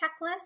checklist